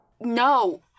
No